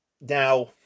Now